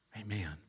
Amen